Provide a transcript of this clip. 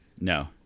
No